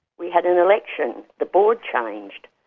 we had an election, the board changed,